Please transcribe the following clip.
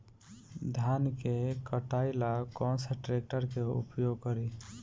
धान के कटाई ला कौन सा ट्रैक्टर के उपयोग करी?